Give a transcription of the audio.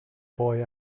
boy